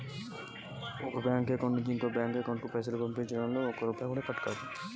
మీ bank నుంచి ఇంకో bank కు పైసలు పంపడం వల్ల పైసలు కట్ అవుతయా?